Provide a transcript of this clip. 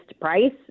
price